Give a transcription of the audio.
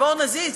ובואו נזיז,